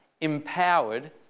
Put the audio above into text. empowered